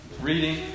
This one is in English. reading